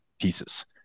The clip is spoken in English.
pieces